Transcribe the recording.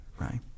right